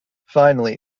finally